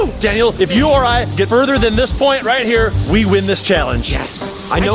ah daniel if you or i get further than this point right here, we win this challenge. yes. i